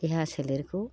देहा सोलेरखौ